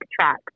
track